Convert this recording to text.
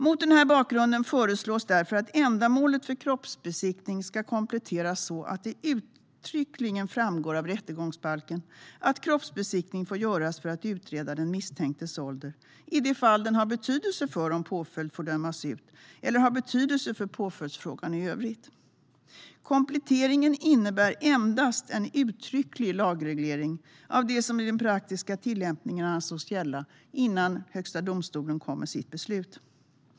Mot den bakgrunden föreslås därför att ändamålet för kroppsbesiktning ska kompletteras så att det uttryckligen framgår av rättegångsbalken att kroppsbesiktning får göras för att utreda den misstänktes ålder i det fall den har betydelse för om påföljd får dömas ut eller har betydelse för påföljdsfrågan i övrigt. Kompletteringen innebär endast en uttrycklig lagreglering av det som i den praktiska tillämpningen ansågs gälla innan Högsta domstolen kom med sitt beslut.